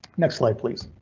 next slide, please.